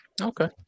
okay